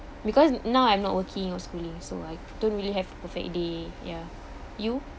because now I am not working or schooling so I don't really have perfect day ya you